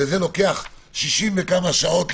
וזה לוקח 60 ומשהו שעות,